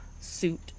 suit